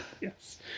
yes